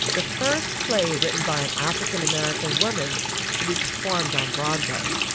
the first play, written by an african-american woman to be performed on broadway.